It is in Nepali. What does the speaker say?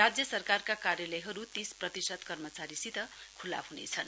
राज्य सरकारका कार्यालयहरू तीसप्रतिशत कर्मचारीहरूसित खुल्ला हुनेछन्